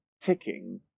ticking